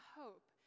hope